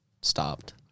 stopped